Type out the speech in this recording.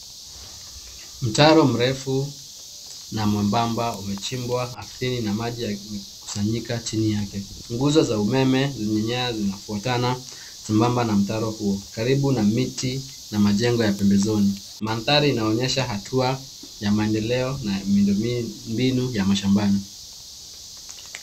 Mtaro mrefu na mwembamba umechimbwa ardhini na maji yakikusanyika chini yake, nguzo za umeme za nyaya zimefuatana sambamba na mtaro huo, karibu na miti na majengo ya pembezoni, mandhari inaonyesha hatua ya maendeleo na miundo mbinu ya mashambani